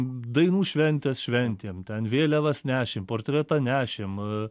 dainų šventes šventėm ten vėliavas nešėm portretą nešėm